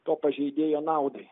to pažeidėjo naudai